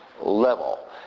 level